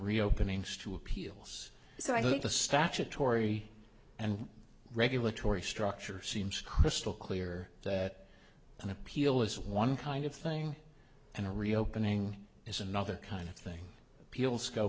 reopening stew appeals so i think the statutory and regulatory structure seems crystal clear that an appeal is one kind of thing and a reopening is another kind of thing